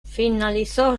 finalizó